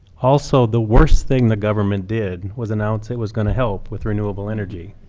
also, the worst thing the government did was announce it was going to help with renewable energy.